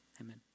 amen